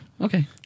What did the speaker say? okay